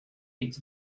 its